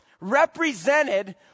represented